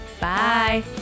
bye